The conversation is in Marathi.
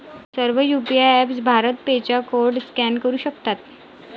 सर्व यू.पी.आय ऍपप्स भारत पे चा कोड स्कॅन करू शकतात